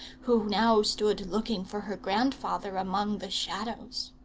who now stood looking for her grandfather among the shadows.